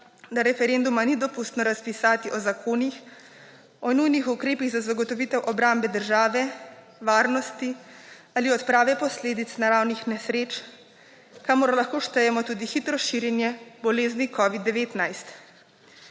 da referenduma ni dopustno razpisati o zakonih o nujnih ukrepih za zagotovitev obrambe države, varnosti ali odprave posledic naravnih nesreč, kamor lahko štejemo tudi hitro širjenje bolezni covida-19.